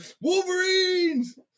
wolverines